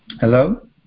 Hello